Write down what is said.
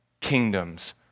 kingdoms